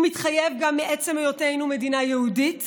הוא מתחייב גם מעצם היותנו מדינה יהודית